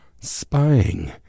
spying